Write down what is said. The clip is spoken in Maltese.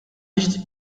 biex